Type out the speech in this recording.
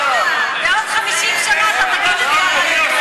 בעוד 50 שנה אתה תגיד את זה,